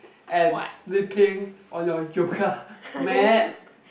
and sleeping on your yoga mat